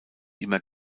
immer